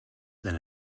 than